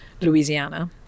Louisiana